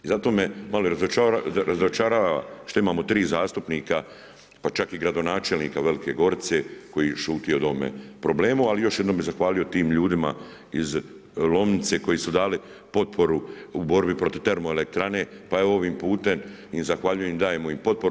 I zato me malo razočarava što imamo 3 zastupnika, pa čak i gradonačelnika Velike Gorice koji šuti o ovome problemu, ali još jednom bi zahvalio tim ljudima iz Lomnice koji su dali potporu u borbi protiv termoelektrane, pa ovim putem zahvaljujemo i dajemo im potporu.